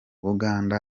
buganga